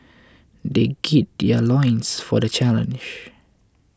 they gird their loins for the challenge